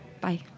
Bye